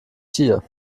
tier